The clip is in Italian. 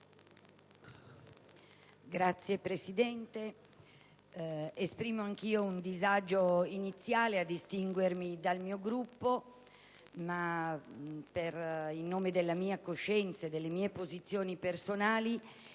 Signor Presidente, esprimo anch'io un disagio iniziale a distinguermi dal mio Gruppo ma, in nome della mia coscienza e delle mie posizioni personali,